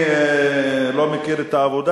לצערי הרב,